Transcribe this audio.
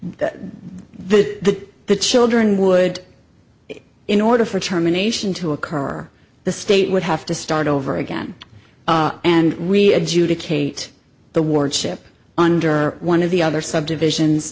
that the the children would in order for terminations to occur the state would have to start over again and we adjudicate the warship under one of the other subdivisions